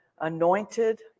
anointed